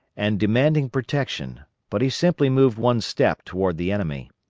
and demanding protection but he simply moved one step toward the enemy.